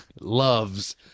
loves